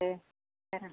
दे जागोन